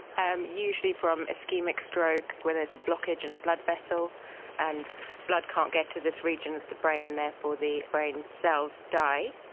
um usually from so ischaemic stroke, where there is a blockage in a blood vessel and blood can't get to this region of the brain and therefore the brain cells die.